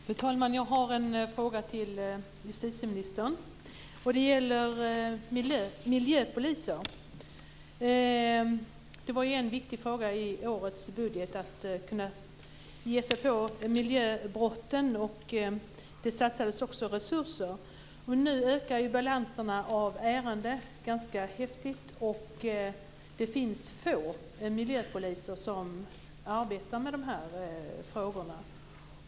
Fru talman! Jag har en fråga till justitieministern. Det gäller miljöpoliser. Det var ju en viktig fråga i årets budget att kunna ge sig på miljöbrotten och det satsades också resurser. Men nu ökar ärendebalanserna ganska häftigt, samtidigt som det finns få miljöpoliser som arbetar med de här frågorna.